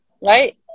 right